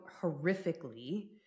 horrifically